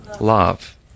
love